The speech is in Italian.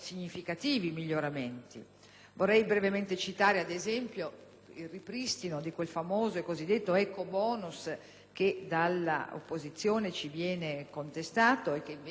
Vorrei brevemente citare, ad esempio, il ripristino di quel famoso *ecobonus*, che dall'opposizione ci viene contestato e che invece abbiamo salvaguardato,